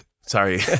Sorry